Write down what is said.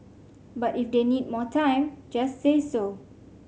but if they need more time just say so